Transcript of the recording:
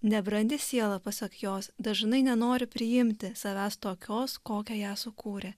nebrandi siela pasak jos dažnai nenori priimti savęs tokios kokią ją sukūrė